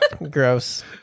gross